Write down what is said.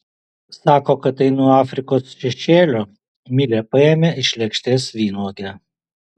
sako kad tai nuo afrikos šešėlio milė paėmė iš lėkštės vynuogę